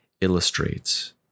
illustrates